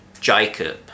Jacob